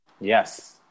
Yes